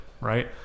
right